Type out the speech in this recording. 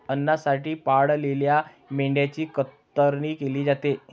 अन्नासाठी पाळलेल्या मेंढ्यांची कतरणी केली जाते